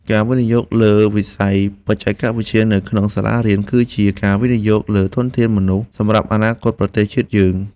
ការវិនិយោគលើវិស័យបច្ចេកវិទ្យានៅក្នុងសាលារៀន គឺជាការវិនិយោគលើធនធានមនុស្សសម្រាប់អនាគតប្រទេសជាតិយើង។